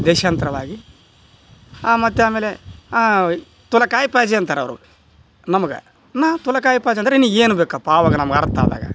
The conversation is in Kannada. ದೇಶಾಂತರವಾಗಿ ಮತ್ತು ಆಮೇಲೆ ತುಲ ಕಾಯ್ ಪಾಜಿ ಅಂತಾರೆ ಅವರು ನಮ್ಗೆ ನಾ ತುಲ ಕಾಯ್ ಪಾಜಿ ಅಂದರೆ ನಿನಗೆ ಏನು ಬೇಕಪ್ಪ ಅವಾಗ ನಮ್ಗೆ ಅರ್ಥ ಆದಾಗ